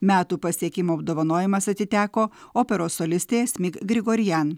metų pasiekimų apdovanojimas atiteko operos solistei asmik grigorian